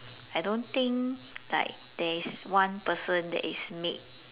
I don't think like there is one person that is made